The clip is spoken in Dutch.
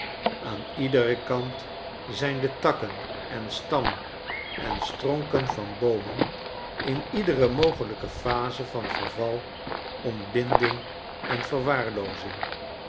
aan iederen kant zijn de takken en stammen en stronken van boomen iniedere mogelijke phase van verval ontbinding en verwaarloozing